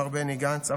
מר בני גנץ.